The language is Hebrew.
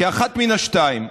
כי אחת מן השתיים: